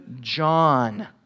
John